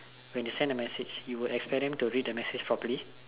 when you send the message you would expect them to read the message properly